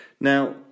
Now